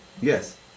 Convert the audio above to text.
Yes